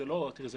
זה לא חינם,